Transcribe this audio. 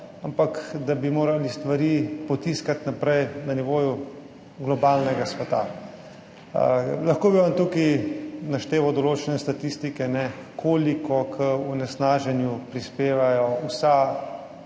ampak da bi morali stvari potiskati naprej na nivoju globalnega sveta. Lahko bi vam tukaj našteval določene statistike, koliko k onesnaženju prispevajo vsa